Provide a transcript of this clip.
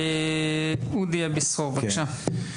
אודי אביסרור, בבקשה.